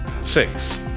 Six